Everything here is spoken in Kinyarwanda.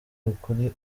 ukuri